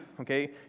okay